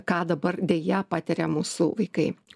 ką dabar deja patiria mūsų vaikai